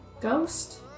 ghost